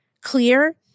clear